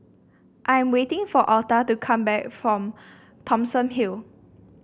I am waiting for Alta to come back from Thomson Hill